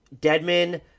Deadman